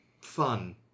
fun